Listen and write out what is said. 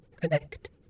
connect